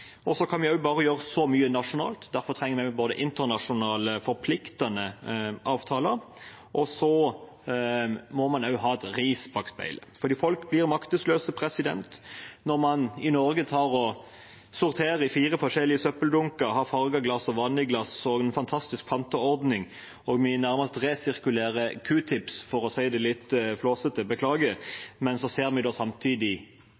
Så kan vi bare gjøre noe nasjonalt. Derfor trenger vi også internasjonale forpliktende avtaler, og så må man også ha et ris bak speilet. For folk blir maktesløse når man i Norge sorterer i fire forskjellige søppeldunker, har farget glass, vanlig glass og en fantastisk panteordning – og vi nærmest resirkulerer Q-tips, for å si det litt